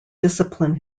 discipline